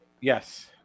yes